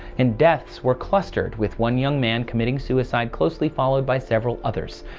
and deaths were clustered with one young man committing suicide closely followed by several others,